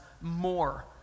more